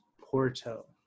Porto